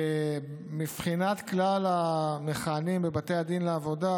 ומבחינת כלל המכהנים בבתי הדין לעבודה